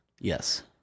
Yes